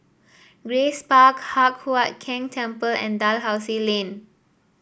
Grace Park Hock Huat Keng Temple and Dalhousie Lane